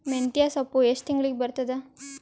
ಮೆಂತ್ಯ ಸೊಪ್ಪು ಎಷ್ಟು ತಿಂಗಳಿಗೆ ಬರುತ್ತದ?